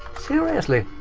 seriously?